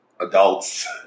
Adults